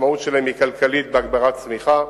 המשמעות שלהם היא כלכלית בהגברת צמיחה,